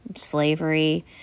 slavery